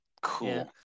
cool